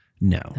No